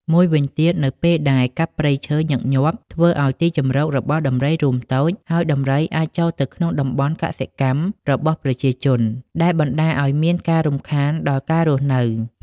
មួយវិញទៀតនៅពេលដែលកាប់ព្រៃឈើញឹកញាប់ធ្វើឲ្យទីជម្រករបស់ដំរីរួមតូច ហើយដំរីអាចចូលទៅក្នុងតំបន់កសិកម្មរបស់ប្រជាជន ដែលបណ្តាលឲ្យមានការរំខាន់ដល់ការរស់នៅ។